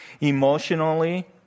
Emotionally